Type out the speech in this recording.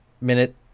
Minute